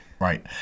Right